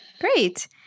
Great